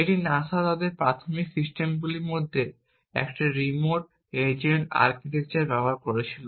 এটি NASA তাদের প্রাথমিক সিস্টেমগুলির মধ্যে একটি রিমোট এজেন্ট আর্কিটেকচারে ব্যবহার করেছিল